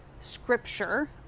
scripture